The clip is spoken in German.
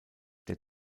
der